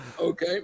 Okay